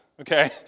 Okay